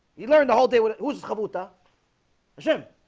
you learned the whole day with kabuto him